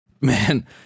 Man